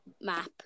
map